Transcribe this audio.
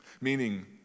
Meaning